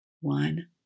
One